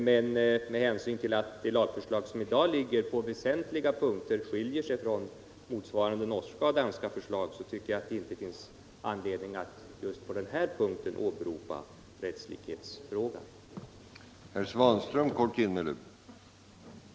Men med hänsyn till att det lagförslag som i dag ligger på riksdagens bord på väsentliga punkter skiljer sig från motsvarande norska och danska förslag finns det ingen anledning att just på denna punkt åberopa önskemålet om nordisk rättslikhet.